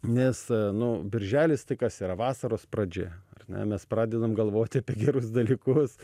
nes nu birželis tai kas yra vasaros pradžia ne mes pradedam galvoti apie gerus dalykus